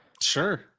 Sure